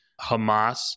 Hamas